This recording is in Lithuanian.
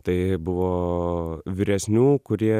tai buvo vyresnių kurie